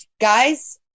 guys